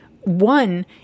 One